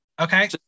Okay